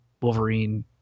Wolverine